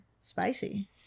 spicy